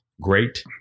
great